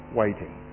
waiting